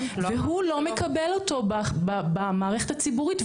והוא לא מקבל אותו במערכת הציבורית.